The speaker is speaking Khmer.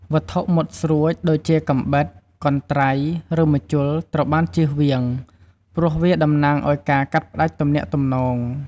វត្ថុមុតស្រួចដូចជាកាំបិត កន្ត្រៃ ឬម្ជុលត្រូវបានជៀសវាង ព្រោះវាតំណាងឱ្យការកាត់ផ្តាច់ទំនាក់ទំនង។